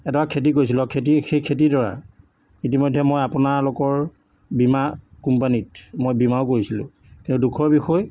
এটা খেতি কৰিছিলোঁ আৰু খেতি সেই খেতিডৰা ইতিমধ্যে মই আপোনালোকৰ বীমা কোম্পানীত মই বীমাওঁ কৰিছিলোঁ কিন্তু দুখৰ বিষয়